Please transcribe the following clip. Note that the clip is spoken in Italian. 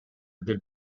del